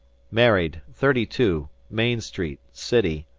married, thirty two, main street, city,